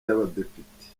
y’abadepite